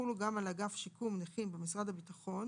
יחולו גם על אגף שיקום נכים במשרד הביטחון